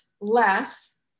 less